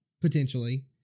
potentially